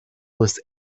was